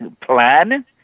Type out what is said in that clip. plan